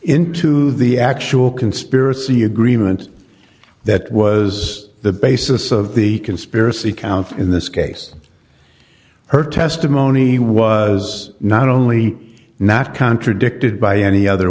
into the actual conspiracy agreement that was the basis of the conspiracy count in this case her testimony was not only not contradicted by any other